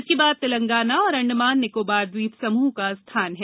उसके बाद तेलंगाना और अंडमान निकोबार ट्वीप समूह का स्थान है